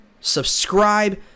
subscribe